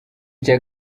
cya